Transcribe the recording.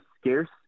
scarce